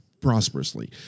prosperously